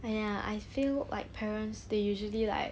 !aiya! I feel like parents they usually like